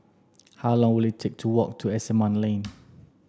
how long will it take to walk to Asimont Lane